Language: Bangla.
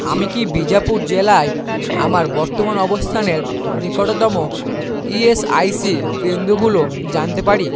আমি কি বিজাপুর জেলায় আমার বর্তমান অবস্থানের নিকটতম ইএসআইসি কেন্দ্রগুলো জানতে পারি